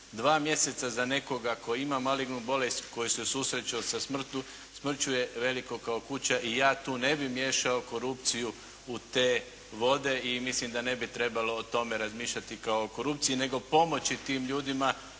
Dva mjeseca tko ima malignu bolest, koji se susreće sa smrću je veliko kao kuća i ja tu ne bih miješao korupciju u te vode i mislim da ne bi trebalo o tome razmišljati kao o korupciji nego pomoći tim ljudima.